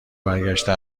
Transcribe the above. برگشته